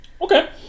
Okay